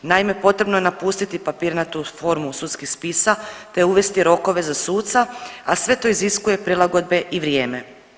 Naime, potrebno je napustiti papirnatu formu sudskih spisa te uvesti rokove za suca, a sve to iziskuje prilagodbe i vrijeme.